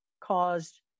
caused